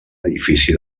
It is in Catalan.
edifici